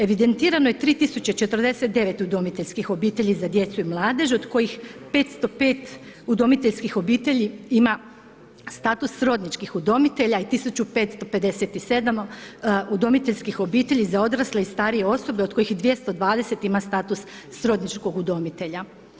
Evidentirano je 3.049 udomiteljskih obitelji za djecu i mladež od kojih 505 udomiteljskih obitelji ima status srodničkih udomitelja i 1.557 udomiteljskih obitelji za odrasle i starije osobe od kojih 220 ima status srodničkog udomitelja.